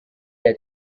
that